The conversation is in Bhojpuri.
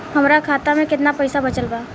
हमरा खाता मे केतना पईसा बचल बा?